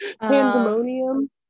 pandemonium